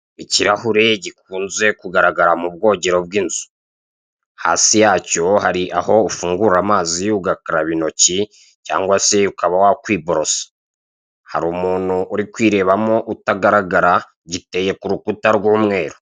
Ikirahure gikunze kugaragara mu bwogero bw'inzu, hasi yacyo hari aho ufungura amazi ugakaraba intoki cyangwa se ukaba wakwiborosa. Hari umuntu uri kwirebamo utagaragara, giteye ku gikuta cy'umweru.